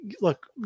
look